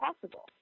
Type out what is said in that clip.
possible